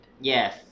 Yes